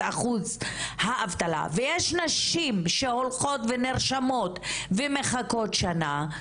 אחוז האבטלה ויש נשים שהולכות ונרשמות ומחכות שנה,